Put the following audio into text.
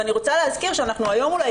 ואני רוצה להזכיר שאנחנו היום אולי,